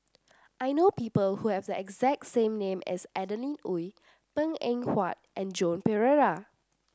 I know people who have the exact same name as Adeline Ooi Png Eng Huat and Joan Pereira